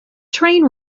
train